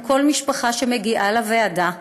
וכל משפחה שמגיעה לוועדה,